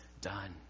done